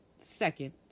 second